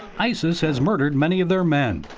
isis has murdered many of their men,